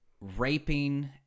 raping